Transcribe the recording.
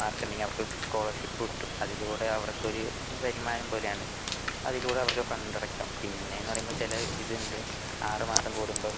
മാർക്കുണ്ടെങ്കിൽ അവർക്ക് സ്കോളർഷിപ്പ് കിട്ടും അതിലൂടെ അവർക്കൊരു വരുമാനം പോലെയാണ് അതിലൂടെ അവർക്ക് ഫണ്ട് അടക്കാം പിന്നെയെന്ന് പറയുമ്പോൾ ചില ഇതുണ്ട് ആറ് മാസം കൂടുംമ്പം